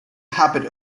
habit